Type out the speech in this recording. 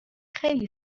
خیلی